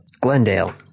Glendale